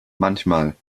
manchmal